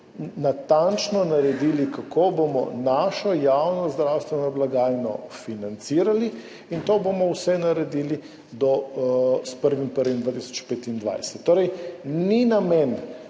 natančno določili, kako bomo našo javno zdravstveno blagajno financirali. In to vse bomo naredili s 1. 1. 2025. Torej ni namen